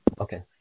Okay